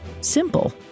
Simple